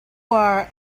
our